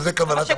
וזו כוונת המחוקק.